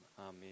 amen